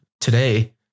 today